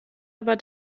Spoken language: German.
aber